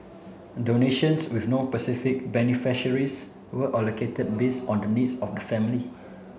donations with no specific beneficiaries were allocated based on the needs of the family